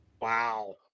Wow